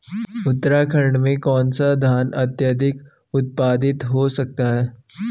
उत्तराखंड में कौन सा धान अत्याधिक उत्पादित हो सकता है?